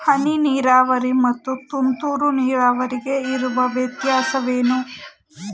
ಹನಿ ನೀರಾವರಿ ಮತ್ತು ತುಂತುರು ನೀರಾವರಿಗೆ ಇರುವ ವ್ಯತ್ಯಾಸವೇನು?